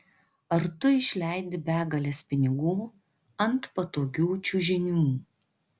ar tu išleidi begales pinigų ant patogių čiužinių